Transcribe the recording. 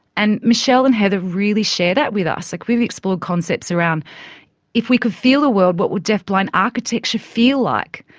and michelle and heather really share that with us. like, we've explored concepts around if we could feel the ah world, what would deafblind architecture feel like?